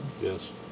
Yes